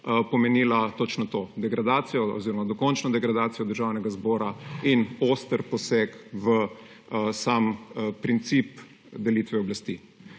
pomenila točno do – degradacijo oziroma dokončno degradacijo Državnega zbora in oster poseg v sam princip delitve oblasti.